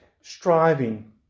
Striving